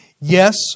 yes